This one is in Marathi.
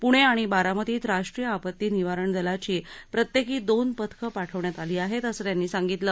प्णे आणि बारामतीत राष्ट्रीय आपत्ती निवारण दलाची प्रत्येकी दोन पथकं पाठवण्यात आली आहेत असं त्यांनी सांगितलं